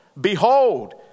behold